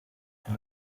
for